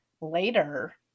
later